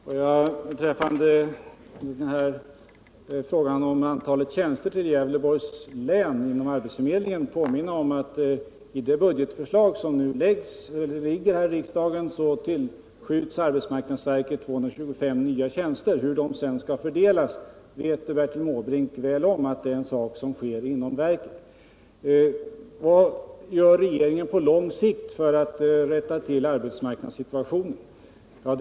Herr talman! Får jag beträffande frågan om antalet tjänstemän till arbetsförmedlingarna inom Gävleborgs län påminna om att enligt det budgetförslag som nu ligger i riksdagen tillskjuts arbetsmarknadsverket 225 nya tjänster. Bertil Måbrink känner väl till att fördelningen av dessa tjänster sker inom verket. Vad gör regeringen för att på lång sikt rätta till arbetsmarknadssituationen? frågar Bertil Måbrink.